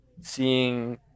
seeing